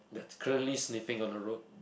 that's currently sniffing on the road